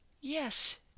Yes